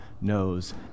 knows